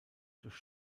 durch